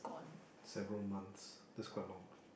several months that's quite long